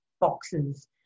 boxes